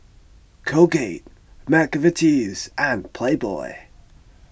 Colgate Mcvitie's and Playboy